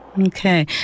Okay